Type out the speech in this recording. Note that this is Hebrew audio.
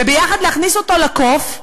וביחד להכניס אותו לקוף,